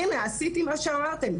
הינה עשיתי מה שאמרתם,